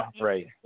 Right